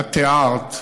את תיארת,